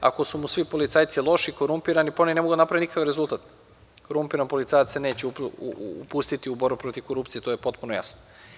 Ako su mu svi policajci loši, korumpirani, pa oni ne mogu da naprave nikakav rezultat, korumpiran policajac se neće upustiti u borbu protiv korupcije, a to je potpuno jasno.